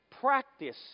practice